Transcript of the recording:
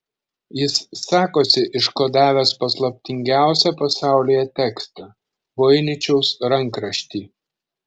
jis sakosi iškodavęs paslaptingiausią pasaulyje tekstą voiničiaus rankraštį